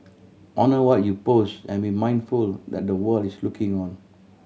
honour what you post and be mindful that the world is looking on